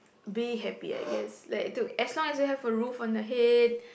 be happy I guess like to as long as you have a roof on your head